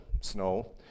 snow